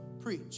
preach